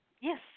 Yes